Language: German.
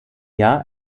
jahr